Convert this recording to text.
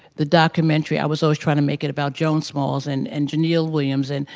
the documentary, i was always trying to make it about joan smalls and and jeneil williams and.